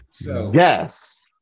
Yes